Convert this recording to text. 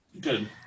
Good